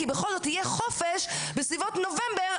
בסביבות נובמבר,